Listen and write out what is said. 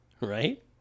right